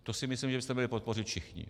To si myslím, že byste měli podpořit všichni.